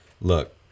look